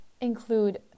include